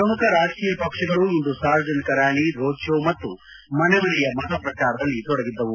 ಶ್ರಮುಖ ರಾಜಕೀಯ ಪಕ್ಷಗಳು ಇಂದು ಸಾರ್ವಜನಿಕ ರ್ನಾಲಿ ರೋಡ್ ಷೋ ಮತ್ತು ಮನೆ ಮನೆಯ ಮತ ಪ್ರಚಾರದಲ್ಲಿ ತೊಡಗಿದ್ದವು